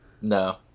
No